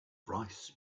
rice